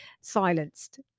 silenced